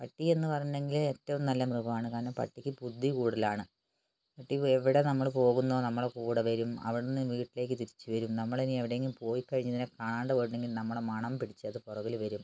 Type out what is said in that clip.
പട്ടി എന്ന് പറഞ്ഞെങ്കില് ഏറ്റവും നല്ല മൃഗമാണ് കാരണം പട്ടിക്ക് ബുദ്ധി കൂടുതലാണ് പട്ടി എവിടെ നമ്മള് പോകുന്നോ നമ്മുടെ കൂടെ വരും അവിടുന്ന് വീട്ടിലേക്കു തിരിച്ചുവരും നമ്മളിനി എവിടെങ്കിലും പോയിക്കഴിഞ്ഞ് ഇതിനെ കാണാണ്ട് പോയിട്ടുണ്ടെങ്കിൽ നമ്മള മണം പിടിച്ച് അത് പുറകില് വരും